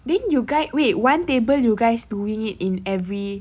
then you guys wait one table you guys doing it in every